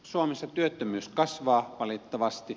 suomessa työttömyys kasvaa valitettavasti